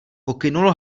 pokynul